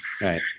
right